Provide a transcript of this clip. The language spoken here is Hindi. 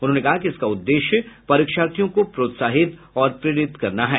उन्होंने कहा कि इसका उददेश्य परीक्षार्थियों को प्रोत्साहित और प्रेरित करना है